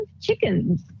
chickens